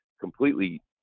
completely